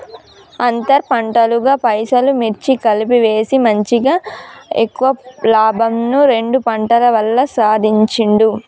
అంతర్ పంటలుగా పెసలు, మిర్చి కలిపి వేసి మంచిగ ఎక్కువ లాభంను రెండు పంటల వల్ల సంపాధించిండు